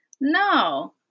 no